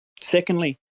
Secondly